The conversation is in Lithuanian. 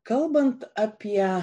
kalbant apie